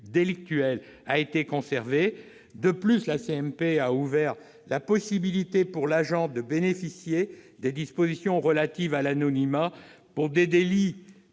délictuelles a été conservé. De plus, la commission mixte paritaire a ouvert la possibilité pour l'agent de bénéficier des dispositions relatives à l'anonymat pour des délits